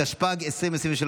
התשפ"ג 2023,